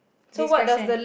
this question